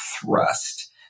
thrust